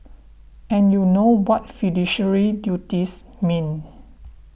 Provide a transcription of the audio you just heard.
and you know what fiduciary duties mean